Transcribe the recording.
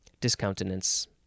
Discountenance